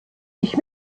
ich